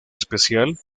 especial